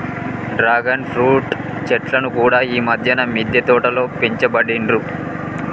dragon fruit చెట్లను కూడా ఈ మధ్యన మిద్దె తోటలో పెంచబట్టిండ్రు